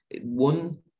one